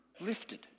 lifted